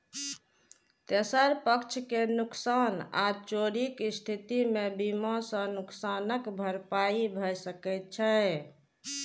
तेसर पक्ष के नुकसान आ चोरीक स्थिति मे बीमा सं नुकसानक भरपाई भए सकै छै